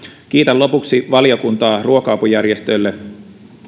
kiitän lopuksi valiokuntaa ruoka apujärjestöille